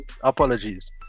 Apologies